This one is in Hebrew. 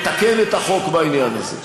נתקן את החוק בעניין הזה.